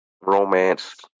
Romance